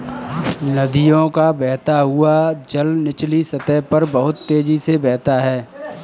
नदियों का बहता हुआ जल निचली सतह पर बहुत तेजी से बहता है